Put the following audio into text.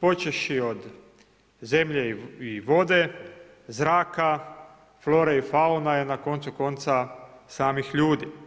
počevši od zemlje i vode, zraka, flora i fauna je na koncu konca samih ljudi.